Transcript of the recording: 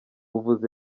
buvuzi